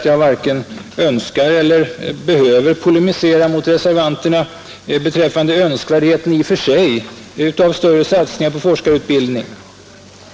Jag varken önskar eller behöver polemisera mot reservanterna beträffande önskvärdheten i och för sig av större satsningar på forskarutbildning.